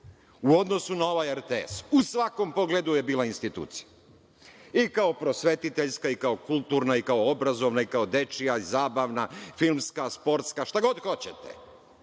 u odnosu na ovaj RTS. U svakom pogledu je bila institucija, i kao prosvetiteljska, i kao kulturna, i kao obrazovna, i kao dečija, zabavna, filmska, sportska, šta god hoćete.